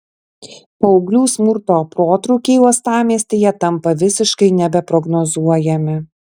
paauglių smurto protrūkiai uostamiestyje tampa visiškai nebeprognozuojami